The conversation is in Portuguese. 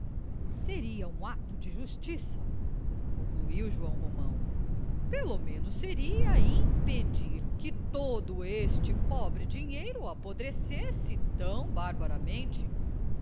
seria um ato de justiça concluiu joão romão pelo menos seria impedir que todo este pobre dinheiro apodrecesse tão barbaramente